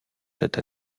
cette